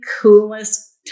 coolest